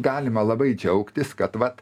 galima labai džiaugtis kad vat